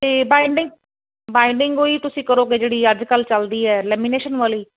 ਤੇ binding binding ਹੋਈ ਤੁਸੀਂ ਕਰੋਗੇ ਜਿਹੜੀ ਅੱਜ ਕੱਲ ਚੱਲਦੀ ਹੈ ਲੈਮੀਨੇਸ਼ਨ ਵਾਲੀ